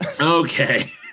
Okay